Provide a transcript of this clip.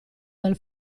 dal